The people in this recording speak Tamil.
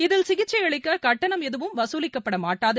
இதில் சிகிக்சை அளிக்க கட்டணம் எதுவும் வசூலிக்கப்பட மாட்டாது